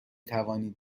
توانید